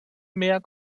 mehr